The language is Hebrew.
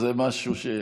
זו משפחה